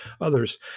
others